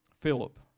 Philip